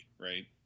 right